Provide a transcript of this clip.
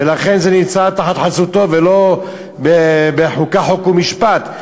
ולכן זה נמצא תחת חסותו, ולא בחוקה, חוק ומשפט.